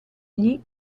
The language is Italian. gli